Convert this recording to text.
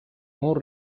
more